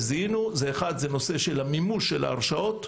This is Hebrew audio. הבעיה הראשונה זה בנושא מימוש ההרשאות,